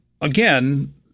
again